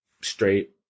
straight